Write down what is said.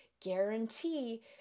guarantee